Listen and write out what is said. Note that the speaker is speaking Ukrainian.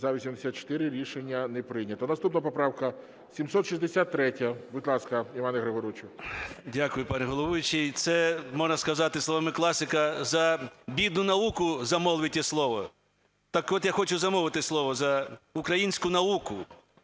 За-84 Рішення не прийнято. Наступна поправка 763 Будь ласка, Іван Григорович. 12:51:31 КИРИЛЕНКО І.Г. Дякую, пане головуючий. Це можна сказати словами класика: за бідну науку замолвите слово. Так от я хочу замовити слово за українську науку.